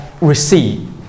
receive